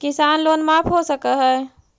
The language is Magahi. किसान लोन माफ हो सक है?